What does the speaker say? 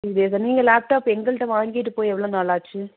three டேஸா நீங்கள் laptop எங்கள்கிட்ட வாங்கிகிட்டு போய் எவ்வளோ நாள் ஆச்சு